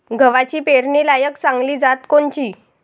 गव्हाची पेरनीलायक चांगली जात कोनची?